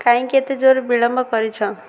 କାହିଁକି ଏତେ ଜୋର ବିଳମ୍ବ କରିଛ